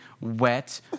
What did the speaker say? wet